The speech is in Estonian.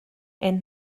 end